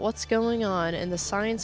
what's going on in the science